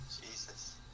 Jesus